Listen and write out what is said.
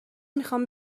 میخوام